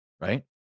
Right